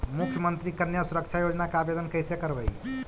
मुख्यमंत्री कन्या सुरक्षा योजना के आवेदन कैसे करबइ?